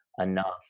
enough